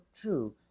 true